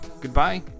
goodbye